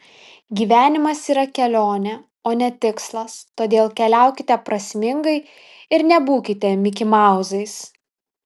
gyvenimas yra kelionė o ne tikslas todėl keliaukite prasmingai ir nebūkite mikimauzais